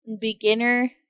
beginner